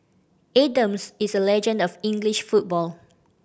Adams is a legend of English football